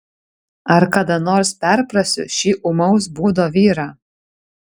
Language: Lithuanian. ar kada nors perprasiu šį ūmaus būdo vyrą